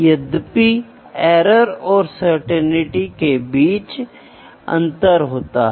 यदि आप ऊंचाई या लंबाई को मापना चाहते हैं